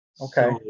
okay